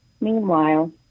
Meanwhile